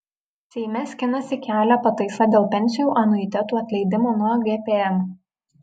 seime skinasi kelią pataisa dėl pensijų anuitetų atleidimo nuo gpm